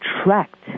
attract